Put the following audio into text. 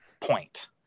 point